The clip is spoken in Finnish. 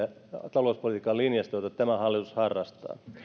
talouspolitiikan linjasta jota tämä hallitus harrastaa